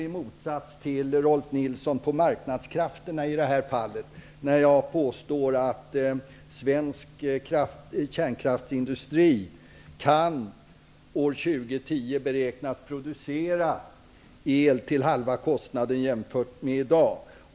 I motsats till Rolf Nilson tror jag på marknadskrafterna när jag påstår att svensk kärnkraftsindustri år 2010 kan beräknas producera el till halva kostnaden jämfört med i dag.